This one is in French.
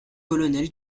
colonel